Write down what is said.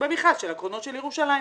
במכרז של הקרונות של ירושלים.